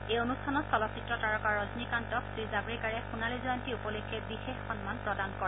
এই অনুষ্ঠানত চলচ্চিত্ৰ তাৰকা ৰজনীকান্তক শ্ৰীজাম্ৰেকাড়ে সোণালী জয়ন্তী উপলক্ষে বিশেষ সন্মান প্ৰদান কৰে